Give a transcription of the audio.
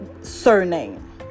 surname